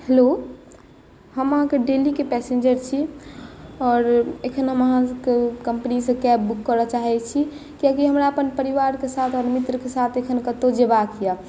hello हम अहाँके डेलीके पैसेन्जर छी आओर एखन हम अहाँके कम्पनी से कैब बुक करऽ चाहै छी कियाकि हमरा अपन परिवारकेँ साथ अपन मित्रकेँ साथ कतौ जेबाकेँ यऽ